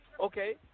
Okay